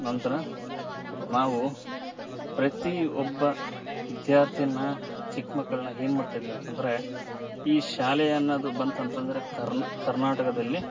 ನಂತರ ನಾವು ಪ್ರತೀ ಒಬ್ಬ ವಿದ್ಯಾರ್ಥಿನ ಚಿಕ್ಕ ಮಕ್ಕಳನ್ನ ಏನ್ ಮಾಡ್ತ ಇದೀವಿ ಅಂತಂದರೆ ಈ ಶಾಲೆ ಅನ್ನೊದು ಬಂತಂತಂದರೆ ಕರ್ನ್ ಕರ್ನಾಟಕದಲ್ಲಿ